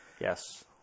Yes